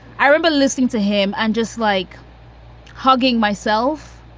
i remember listening to him and just like hugging myself,